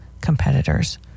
competitors